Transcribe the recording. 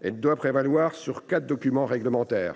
Elle doit prévaloir sur quatre documents réglementaires